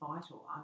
vital